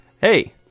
Hey